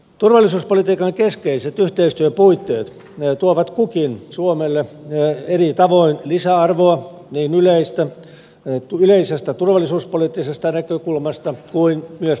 turvallisuuspolitiikan keskeiset yhteistyöpuitteet tuovat kukin suomelle eri tavoin lisäarvoa niin yleisestä turvallisuuspoliittisesta näkökulmasta kuin myös puolustuksen kannalta